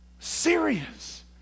serious